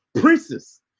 princes